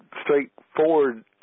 straightforward